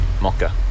mocker